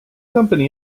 company